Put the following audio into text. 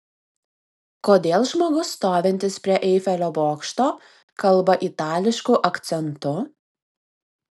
kodėl žmogus stovintis prie eifelio bokšto kalba itališku akcentu